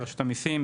רשות המיסים,